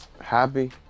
Happy